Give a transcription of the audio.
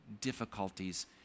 difficulties